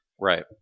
Right